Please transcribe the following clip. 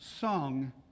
sung